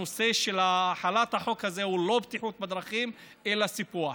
הנושא של החלת החוק הזה הוא לא בטיחות בדרכים אלא סיפוח.